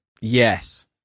Yes